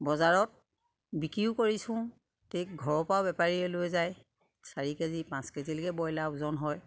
বজাৰত বিক্ৰীও কৰিছোঁ ঠিক ঘৰৰ পৰাও বেপাৰীয়ে লৈ যায় চাৰি কেজি পাঁচ কেজিলৈকে ব্ৰইলাৰ ওজন হয়